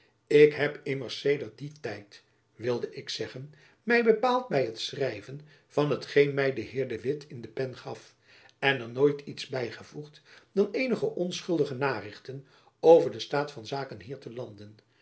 ik heb immers sedert dien tijd wilde ik zeggen my bepaald by het schrijven van hetgeen my de heer de witt in de pen gaf en er nooit iets bygevoegd dan eenige onschuldige narichten over den staat van zaken hier te lande